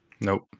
Nope